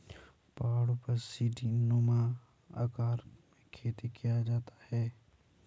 पहाड़ों पर सीढ़ीनुमा आकार में खेती किया जाता है